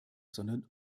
sondern